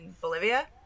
Bolivia